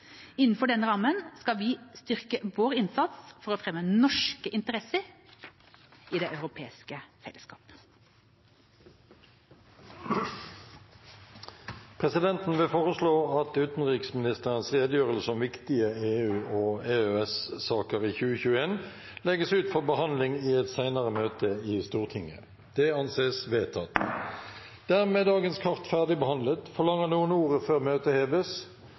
Innenfor denne rammen skal vi styrke vår innsats for å fremme norske interesser i det europeiske fellesskapet. Presidenten vil foreslå at utenriksministerens redegjørelse om viktige EU- og EØS-saker i 2021 legges ut for behandling i et senere møte i Stortinget. – Det anses vedtatt. Dermed er dagens kart ferdigbehandlet. Forlanger noen ordet før møtet heves?